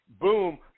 boom